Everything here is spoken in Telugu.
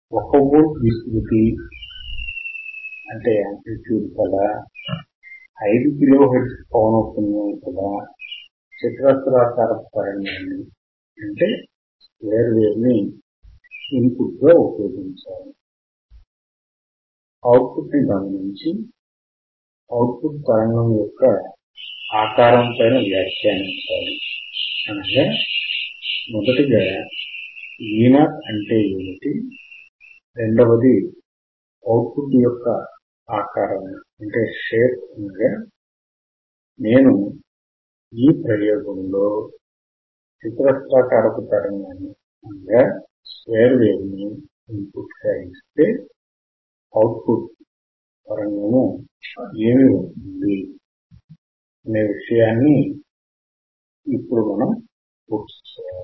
1V విస్తృతి 5 కిలో హెర్ట్జ్ పౌనఃపున్యం కలిగిన చతురస్రాకారపు తరంగాన్ని ఇన్ పుట్ గా ఉపయోగించాము అవుట్ పుట్ ని గమనింఛి అవుట్ పుట్ తరంగము యొక్క ఆకారము పైన వ్యాఖ్యానించాలి అనగా మొదటగా V0 అంటే ఏమిటి రెండవది అవుట్ పుట్ యొక్క ఆకారము అనగా నేను ఈ ప్రయోగములో చతురస్రాకారపు తరంగాన్నిఇన్ పుట్ గా ఇస్తే అవుట్ పుట్ తరంగము ఏమి వస్తుంది అనే విషయాన్ని ఇప్పుడు మనము పూర్తిచేయాలి